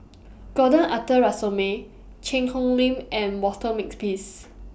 Gordon Arthur Ransome Cheang Hong Lim and Walter Makepeace